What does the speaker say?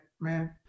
man